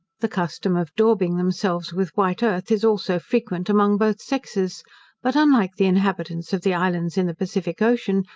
the custom of daubing themselves with white earth is also frequent among both sexes but, unlike the inhabitants of the islands in the pacific ocean,